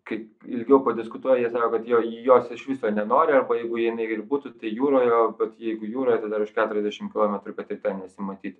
kai ilgiau padiskutuoji jie sako kad jo jos iš viso nenori arba jeigu jinai ir būtų tai jūroje bet jeigu jūroje tai dar už keturiasdešimt kilometrų kad ir ten nesimatytų